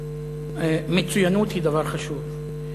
מצוינות היא דבר חשוב.